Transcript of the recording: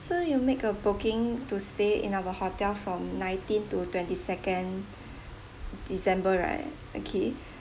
so you make a booking to stay in our hotel from nineteenth to twenty second december right okay